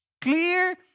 Clear